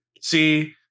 see